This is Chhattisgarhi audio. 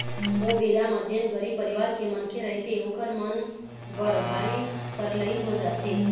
ओ बेरा म जेन गरीब परिवार के मनखे रहिथे ओखर मन बर भारी करलई हो जाथे